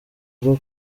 bwo